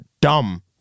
dumb